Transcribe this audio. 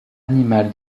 animal